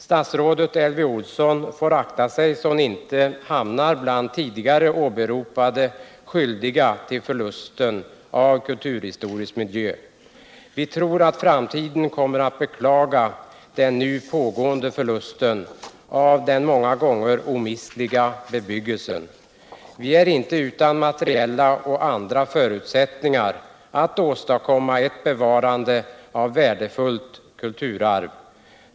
Statsrådet Elvy Olsson får akta sig så att hon inte hamnar bland de tidigare åberopade skyldiga till förlusten av kulturhistorisk miljö. Vi tror att framtiden kommer att beklaga den nu pågående förlusten av den många gånger omistliga bebyggelsen. Vi är inte utan materiella och andra förutsättningar att åstadkomma ett bevarande av värdefullt kulturarv.